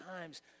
times